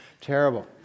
terrible